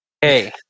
Hey